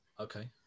Okay